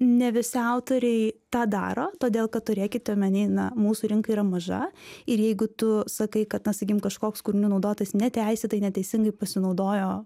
ne visi autoriai tą daro todėl kad turėkit omeny ne mūsų rinka yra maža ir jeigu tu sakai kad tas sakykim kažkoks kūrinio naudotojas neteisėtai neteisingai pasinaudojo